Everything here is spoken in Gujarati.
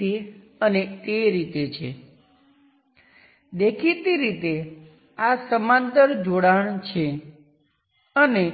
તેથી આ બધા એક્ટિવ છે અને હું આઉટપુટ અથવા આ ટર્મિનલ 1 અને